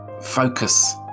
focus